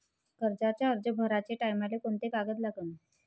कर्जाचा अर्ज भराचे टायमाले कोंते कागद लागन?